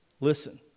Listen